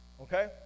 Okay